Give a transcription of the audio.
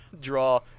draw